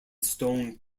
stone